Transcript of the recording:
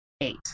eight